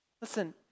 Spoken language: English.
Listen